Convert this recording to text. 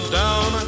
down